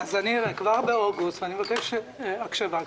אני מבקש הקשבה.